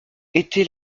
étais